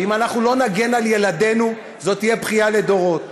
ואם אנחנו לא נגן על ילדינו זו תהיה בכייה לדורות.